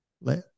let